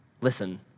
listen